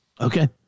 Okay